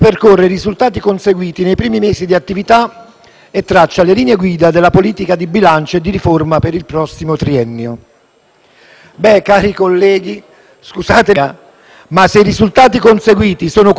Questo Governo sta creando le migliori premesse per fare incubare dall'Italia la prossima crisi finanziaria internazionale: il bilancio italiano può far saltare l'economia mondiale